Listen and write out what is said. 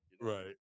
right